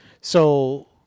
So-